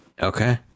Okay